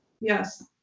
Yes